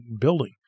building